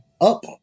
up